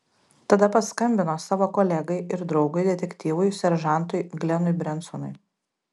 tada paskambino savo kolegai ir draugui detektyvui seržantui glenui brensonui